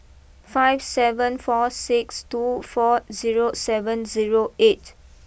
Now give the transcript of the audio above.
five seven four six two four zero seven zero eight